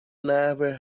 never